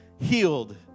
healed